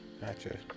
Gotcha